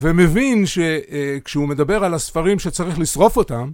ומבין שכשהוא מדבר על הספרים שצריך לשרוף אותם